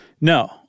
No